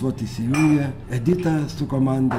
vot įsijungė edita su komanda